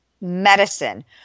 medicine